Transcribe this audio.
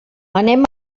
anem